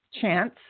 chance